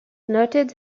noted